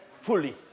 fully